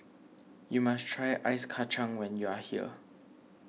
you must try Ice Kachang when you are here